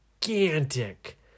gigantic